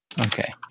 Okay